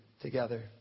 together